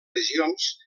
regions